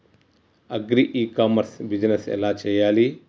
Agri e commerce business ఎలా చెయ్యాలి?